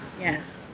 Yes